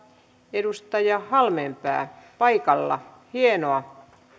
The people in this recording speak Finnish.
edustaja halmeenpää paikalla hienoa